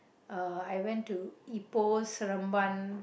uh I went to Ipoh Seremban